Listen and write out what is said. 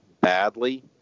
badly